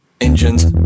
Engines